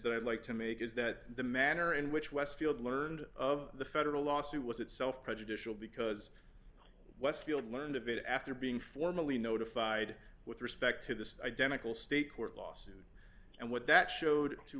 that i'd like to make is that the manner in which westfield learned of the federal lawsuit was itself prejudicial because westfield learned of it after being formally notified with respect to the identical state court lawsuit and what that showed to